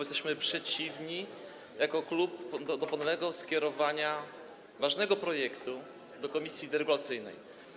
Jesteśmy przeciwni jako klub ponownemu skierowaniu tego ważnego projektu do komisji deregulacyjnej.